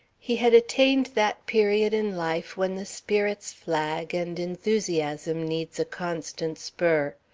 he had attained that period in life when the spirits flag and enthusiasm needs a constant spur,